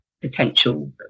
potential